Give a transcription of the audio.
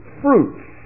fruits